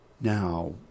Now